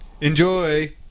Enjoy